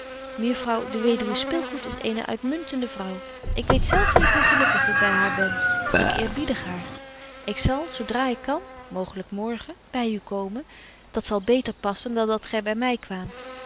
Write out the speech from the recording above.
mejuffrouw de weduwe spilgoed is eene uitmuntende vrouw ik weet zelf niet hoe gelukkig ik by haar ben ik eerbiedig haar ik zal zo dra ik kan mooglyk morgen by u komen dat zal beter passen dan dat gy by my kwaamt